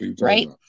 Right